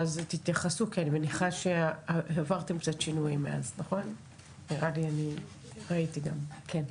ובניגוד להחלטת קצין ממונה שניתנה לפני החקירה,